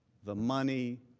the money,